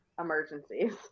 emergencies